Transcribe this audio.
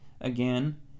again